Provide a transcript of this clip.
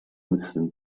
listen